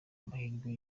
amahirwe